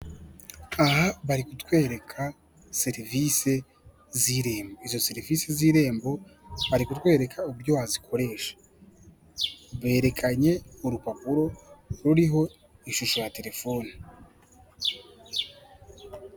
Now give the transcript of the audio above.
Aha bari kutwereka serivise z'irembo. Izo serivise z'irembo bari kutwereka uburyo wazikoresha. Berekanye urupapuro ruriho ishusho ya telefoni.